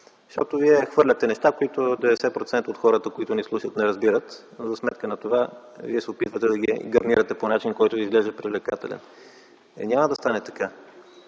Защото Вие хвърляте неща, които 90% от хората, които ни слушат, не разбират, но за сметка на това Вие се опитвате да ги гарнирате по начин, който Ви изглежда привлекателен. Няма да стане така.